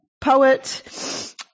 poet